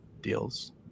deals